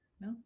No